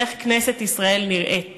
של איך כנסת ישראל נראית: